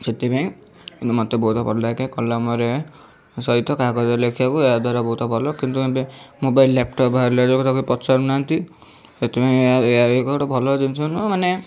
ସେଥିପାଇଁ ମୋତେ ବହୁତ ଭଲ ଲାଗେ କଲମରେ ସହିତ କାଗଜରେ ଲେଖିବାକୁ ଏହାଦ୍ଵାରା ବହୁତ ଭଲ କିନ୍ତୁ ଏବେ ମୋବାଇଲ୍ ଲ୍ୟାପଟପ୍ ବାହାରିଲା ଯୋଗୁଁ ତାକୁ କେହି ପଚାରୁନାହାନ୍ତି ସେଥିପାଇଁ ଏହା ଏକ ଗୋଟେ ଭଲ ଜିନିଷ ନୁହେଁ ମାନେ